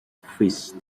fishes